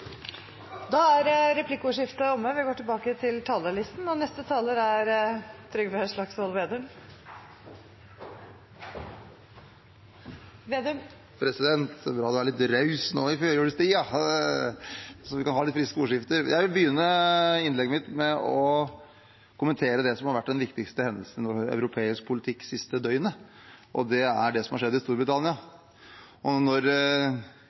er omme. Det er bra at presidenten er litt raus nå i førjulstiden, så vi kan ha litt friske ordskifter. Jeg vil begynne innlegget mitt med å kommentere det som har vært den viktigste hendelsen i europeisk politikk det siste døgnet, og det er det som har skjedd i Storbritannia.